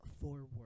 forward